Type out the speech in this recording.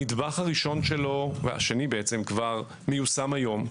הנדבך השני כבר מיושם היום,